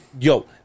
yo